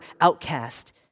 outcast